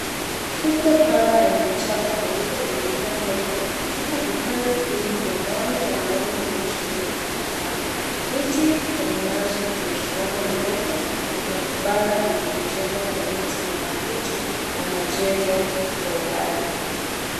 Fukwe pana yenye mchanga mweupe inaenea mbele huku vipande vingi vya mwani wa rangi nyeusi vimetapakaa. Miti ya minazi mirefu imesimama mirefu na kuna vibanda vilivyojengwa kwa miti na makuti na majengo kwa umbali.